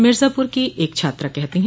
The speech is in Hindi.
मिर्जापुर की एक छात्रा कहती है